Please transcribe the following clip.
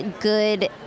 good